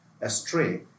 astray